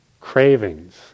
Cravings